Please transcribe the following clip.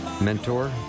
mentor